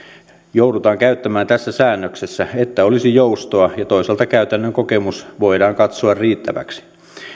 joudutaan käyttämään tässä säännöksessä että olisi joustoa ja toisaalta käytännön kokemus voidaan katsoa riittäväksi